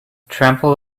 trample